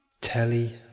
Telly